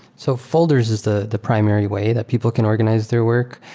so folders is the the primary way that people can organize their work.